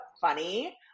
funny